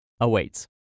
awaits